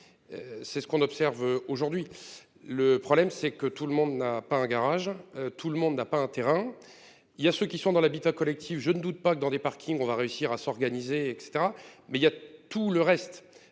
C'est ce qu'on observe aujourd'hui, le problème c'est que tout le monde n'a pas un garage, tout le monde n'a pas un terrain. Il y a ceux qui sont dans l'habitat collectif. Je ne doute pas que dans des parkings. On va réussir à s'organiser et cetera mais il y a tout le reste